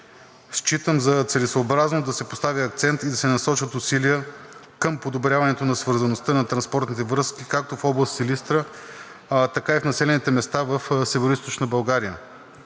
Считам за целесъобразно да се постави акцент и да са насочат усилия към подобряването на свързаността на транспортните връзки както в област Силистра, така и в населените места в Североизточна България.